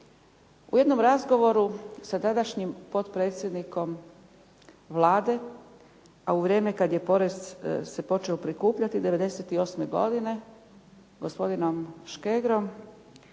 U jednom razgovoru sa tadašnjim potpredsjednikom Vlade a u vrijeme kad je porez se počeo prikupljati 98. godine s gospodinom Škegrom